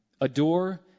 Adore